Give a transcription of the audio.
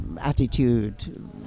attitude